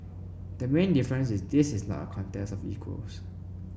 the main difference is this is not a contest of equals